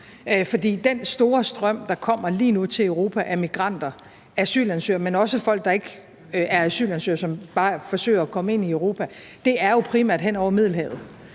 for den store strøm, der kommer lige nu til Europa, af migranter, asylansøgere, men også folk, der ikke er asylansøgere, men som bare forsøger at komme ind i Europa, kommer jo primært hen over Middelhavet